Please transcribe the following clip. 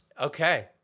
Okay